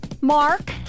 Mark